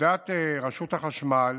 עמדת רשות החשמל,